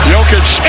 Jokic